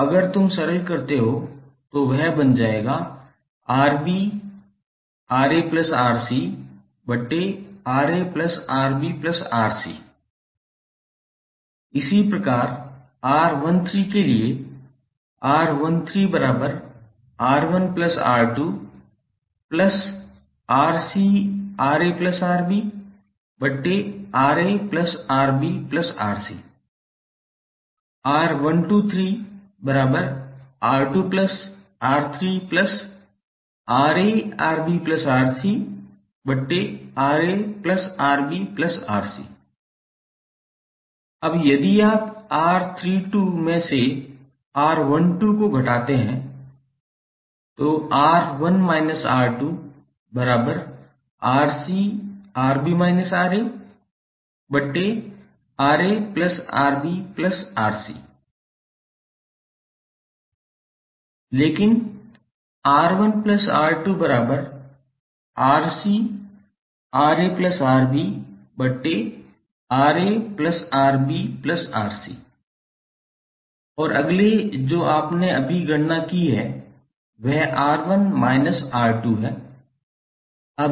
तो अगर तुम सरल करते हो तो वह बन जाएगा 𝑅𝑏𝑅𝑎𝑅𝑐𝑅𝑎𝑅𝑏𝑅𝑐 इसी प्रकार 𝑅13 के लिए अब यदि आप 𝑅32 में से 𝑅12 को घटाते है 𝑅1−𝑅2𝑅𝑐𝑅𝑏−𝑅𝑎𝑅𝑎𝑅𝑏𝑅𝑐 लेकिन 𝑅1𝑅2𝑅𝑐𝑅𝑎𝑅𝑏𝑅𝑎𝑅𝑏𝑅𝑐 और अगले जो आपने अभी गणना की है वह 𝑅1−𝑅2 है